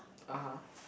(uh huh)